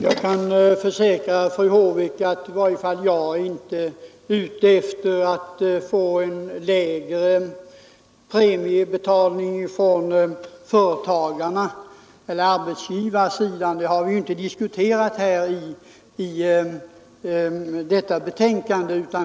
Herr talman! Jag kan försäkra fru Håvik att i varje fall jag inte är ute efter att få en lägre premiebetalning från arbetsgivarsidan. Det har vi inte diskuterat i detta betänkande.